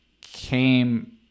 came